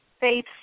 faith